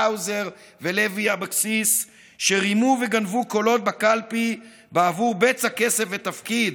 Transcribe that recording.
האוזר ולוי אבקסיס שרימו וגנבו קולות בקלפי בעבור בצע כסף ותפקיד,